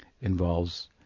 involves